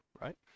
Right